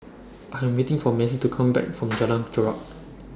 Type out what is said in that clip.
I Am waiting For Macy to Come Back from Jalan Chorak